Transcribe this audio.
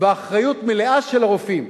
באחריות מלאה של הרופאים.